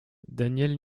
daniel